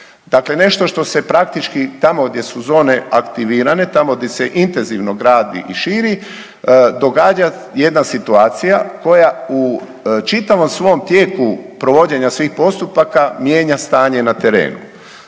dakle nešto što se praktički tamo gdje su zone aktivirane, tamo gdje se intenzivno gradi i širi događa jedna situacija koja u čitavom svom tijeku provođenja svih postupaka mijenja stanje na terenu.